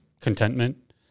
contentment